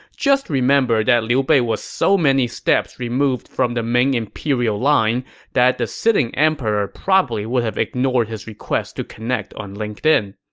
just remember that liu bei was so many steps removed from the main imperial line that the sitting emperor probably would ignore his request to connect on linkedin.